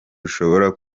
rushobora